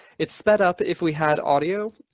it's sped up if we had audio,